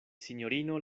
sinjorino